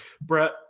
Brett